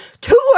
two